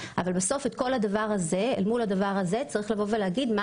אבל אל מול המספרים הללו צריך לראות מה